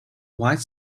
white